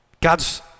God's